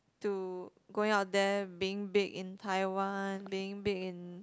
to going out there being big in Taiwan being big in